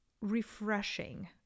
refreshing